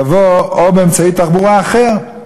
יבוא: "או באמצעי תחבורה אחר".